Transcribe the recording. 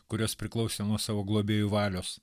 kurios priklausė nuo savo globėjų valios